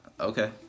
Okay